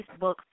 Facebook